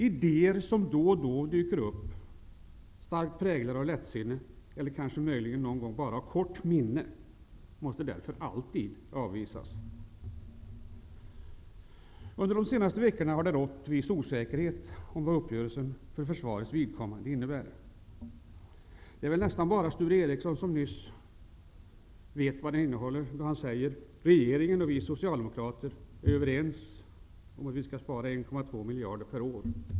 Ide er som då och då dyker upp, starkt präglade av lättsinne eller kanske bara av kort minne, måste därför alltid avvisas. Under de senaste veckorna har det rått viss osäkerhet om vad uppgörelsen för försvarets vidkommande innebär. Det är väl nästan bara Sture Ericson som vet vad den innehåller, då han nyss sade: Regeringen och vi socialdemokrater är överens om att vi skall spara 1,2 miljarder per år.